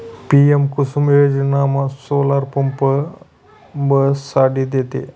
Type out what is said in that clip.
PM Kusum योजनामा solar pump बसाडी देतस